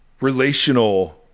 relational